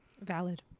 Valid